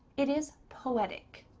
it is poetic.